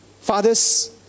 Fathers